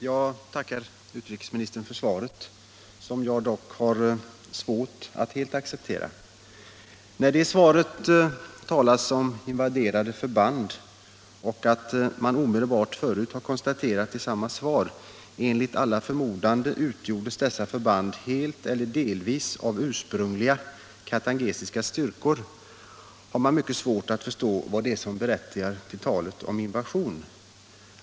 Herr talman! Jag tackar utrikesministern för svaret, som jag dock har svårt att helt acceptera. När det i svaret talas om ”invaderande förband” och det omedelbart förut konstaterats att ”enligt alla förmodanden utgjordes dessa förband helt eller delvis av ursprungligen katangesiska styrkor”, har man svårt att förstå vad det är som berättigar talet om invasion.